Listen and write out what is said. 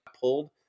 pulled